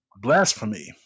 blasphemy